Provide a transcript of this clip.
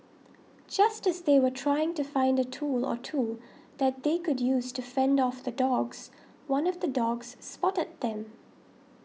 just as they were trying to find a tool or two that they could use to fend off the dogs one of the dogs spotted them